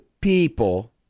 people